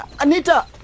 Anita